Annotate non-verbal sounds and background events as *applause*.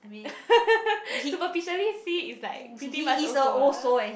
*laughs* superficially see is like pretty much also eh